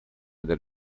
del